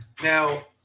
Now